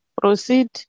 Proceed